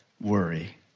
worry